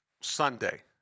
Sunday